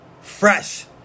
fresh